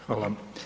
Hvala.